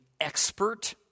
expert